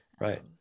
right